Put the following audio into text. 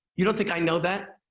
you don't think i know that?